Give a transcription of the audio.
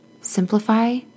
simplify